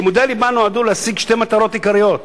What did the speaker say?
"לימודי הליבה נועדו להשיג שתי מטרות עיקריות",